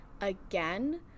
again